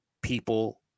People